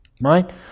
right